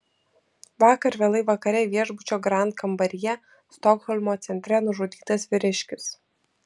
vakar vėlai vakare viešbučio grand kambaryje stokholmo centre nužudytas vyriškis